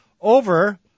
over